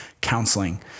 counseling